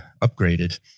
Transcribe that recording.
upgraded